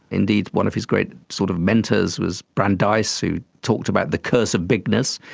indeed, one of his great sort of mentors was brandeis who talked about the curse of bigness,